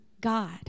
God